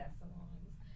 salons